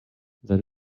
that